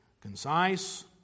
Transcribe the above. concise